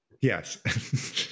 Yes